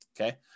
Okay